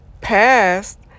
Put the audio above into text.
passed